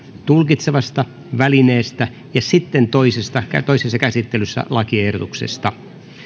tulkitsevasta välineestä ja sitten toisessa käsittelyssä lakiehdotuksesta